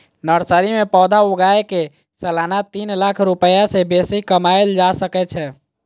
nursery मे पौधा उगाय कें सालाना तीन लाख रुपैया सं बेसी कमाएल जा सकै छै